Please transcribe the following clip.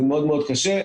זה מאוד מאוד קשה.